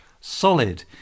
solid